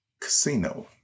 Casino